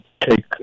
take